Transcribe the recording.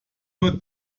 nur